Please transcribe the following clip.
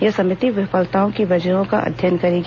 यह समिति विफलताओं की वजहों का अध्ययन करेगी